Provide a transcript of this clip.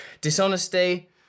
Dishonesty